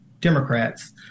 Democrats